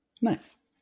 Nice